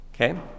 Okay